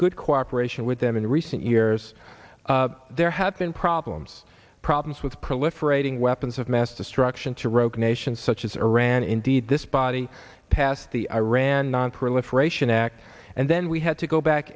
good cooperation with them in recent years there have been problems problems with proliferating weapons of mass destruction to rogue nations such as iran indeed this body passed the iran nonproliferation act and then we had to go back